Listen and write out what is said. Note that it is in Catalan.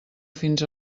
fins